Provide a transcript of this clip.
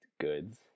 goods